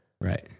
Right